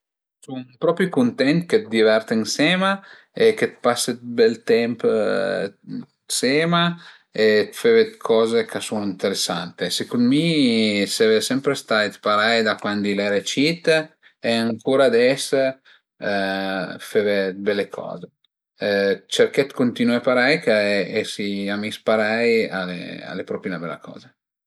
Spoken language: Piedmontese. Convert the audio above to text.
Sun propi cuntent che diverte ënsema e che pase d'bel temp ënsema e feve d'coze ch'a sun ënteresante, secund mi seve sempre stait parei da cuandi l'ere cit e ancura ades feve d'bele coze, cerché d'cuntinué parei che esi amis parei al e propi 'na bela coza